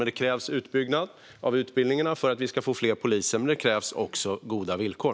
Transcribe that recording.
Men det krävs en utbyggnad av utbildningarna för att vi ska få fler poliser, och det krävs också goda villkor.